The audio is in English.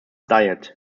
diet